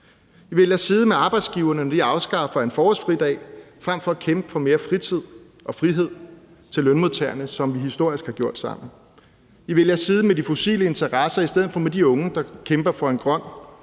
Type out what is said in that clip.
I vælger side med arbejdsgiverne, når I afskaffer en forårsfridag, frem for at kæmpe for mere fritid og frihed til lønmodtagerne, sådan som vi historisk har gjort det sammen. I vælger side med de fossile interesser i stedet for de unge, der kæmper for en grøn,